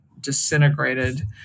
disintegrated